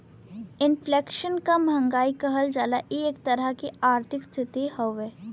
inflation क महंगाई कहल जाला इ एक तरह क आर्थिक स्थिति हउवे